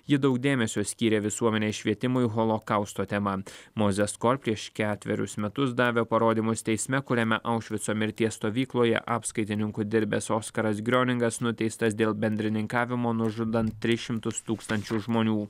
ji daug dėmesio skyrė visuomenės švietimui holokausto tema mozeskor prieš ketverius metus davė parodymus teisme kuriame aušvico mirties stovykloje apskaitininku dirbęs oskaras grioningas nuteistas dėl bendrininkavimo nužudant tris šimtus tūkstančių žmonių